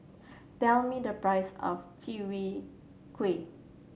tell me the price of Chwee Kueh